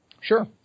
Sure